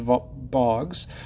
bogs